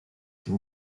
s’il